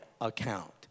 account